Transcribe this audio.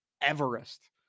Everest